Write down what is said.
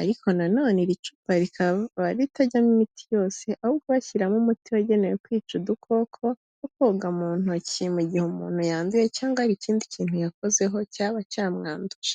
ariko na none iri icupa rikaba ritajyamo imiti yose ahubwo bashyiramo umuti wagenewe kwica udukoko, no koga mu ntoki mu gihe umuntu yanduye cyangwa hari ikindi kintu yakozeho cyaba cyamwanduje.